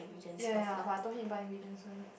ya ya but I told him buy ingredients first